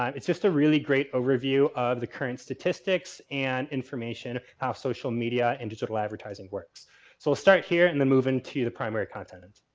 um it's just a really great overview of the current statistics and information of how social media and digital advertising works. so, we'll start here and then move into the primary content.